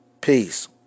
Peace